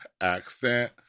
accent